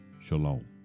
Shalom